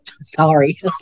Sorry